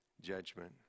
judgment